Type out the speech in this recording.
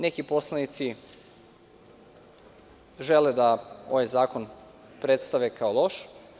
Neki poslanici žele da ovaj zakon predstave kao loš.